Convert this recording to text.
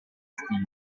stile